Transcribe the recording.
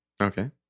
okay